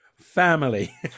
Family